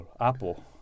apple